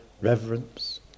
reverence